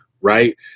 right